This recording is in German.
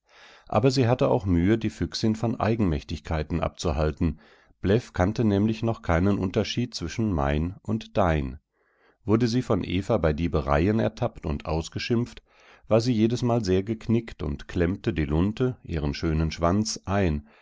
aber sie hatte auch mühe die füchsin von eigenmächtigkeiten abzuhalten bläff kannte nämlich noch keinen unterschied zwischen mein und dein wurde sie von eva bei diebereien ertappt und ausgeschimpft war sie jedesmal sehr geknickt und klemmte die lunte ihren schönen schwanz ein